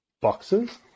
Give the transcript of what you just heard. boxes